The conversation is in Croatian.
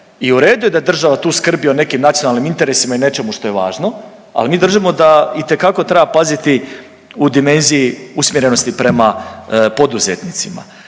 i u redu je da država tu skrbi o nekim nacionalnim interesima i o nečemu što je važno, ali mi držimo da itekako treba paziti u dimenziji usmjerenosti prema poduzetnicima.